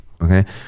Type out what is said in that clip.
okay